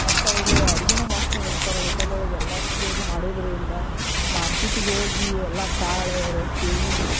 ಮತ್ತೆ ಅವರ ಅಡಿಗಿನೂ ಮಸ್ತ್ ಮಾಡಿರ್ತಾರೆ ಹೋಟೆಲ್ ಒಳಗ ಎಲ್ಲಾರೂ ಸೇರಿ ಮಾಡಿರುದರಿಂದ ಮಾರ್ಕೆಟಿಗ ಹೋಗಿ ಎಲ್ಲಾ ಕಾಳು ರೊಟ್ಟಿ